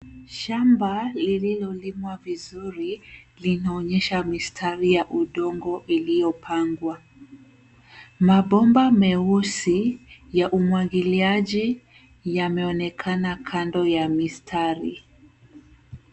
Shamba iliyolimwa vizuri linaonyesha mistari ya udongo iliyopangwa. Mabomba meusi ya umwagiliaji yameonekana kando ya mistari.